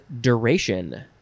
duration